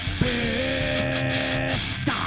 best